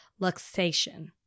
luxation